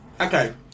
Okay